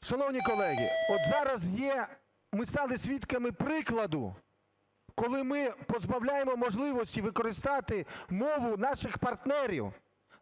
Шановні колеги, от зараз є… ми стали свідками прикладу, коли ми позбавляємо можливості використовувати мову наших партнерів,